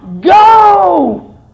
Go